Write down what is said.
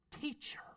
Teacher